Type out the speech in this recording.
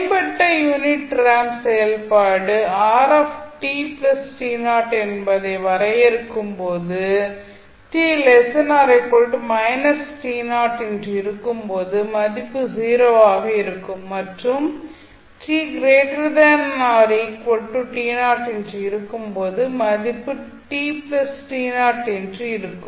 மேம்பட்ட unit ramp செயல்பாடு என்பதை வரையறுக்கும் போது என்று இருக்கும் போது மதிப்பு 0 ஆக இருக்கும் மற்றும் என்று இருக்கும் போது மதிப்பு என்று இருக்கும்